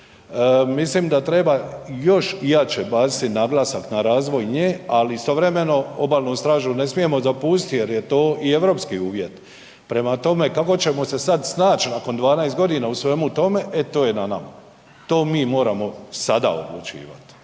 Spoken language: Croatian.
mislim da treba još jače baciti naglasak na razvoj nje, ali istovremeno obalnu stražu ne smije zapustiti jer je to i europski uvjet. Prema tome, kako ćemo se sada snaći nakon 12 godina u svemu tome, e to je na nama. To mi moramo sada odlučivati,